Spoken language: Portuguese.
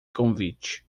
convite